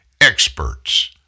Experts